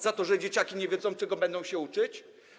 Za to, że dzieciaki nie wiedzą, czego będą się uczyć?